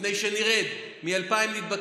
לפני שנרד מ-2,000 נדבקים,